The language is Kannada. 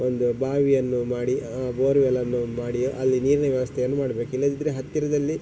ಒಂದು ಬಾವಿಯನ್ನು ಮಾಡಿ ಬೋರ್ವೆಲನ್ನು ಮಾಡಿ ಅಲ್ಲಿ ನೀರಿನ ವ್ಯವಸ್ಥೆಯನ್ನು ಮಾಡಬೇಕು ಇಲ್ಲದಿದ್ದರೆ ಹತ್ತಿರದಲ್ಲಿ